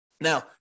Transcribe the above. Now